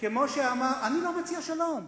אני לא מציע שלום.